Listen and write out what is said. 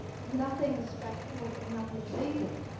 nothing is straightforward and nothing is easy,